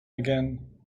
again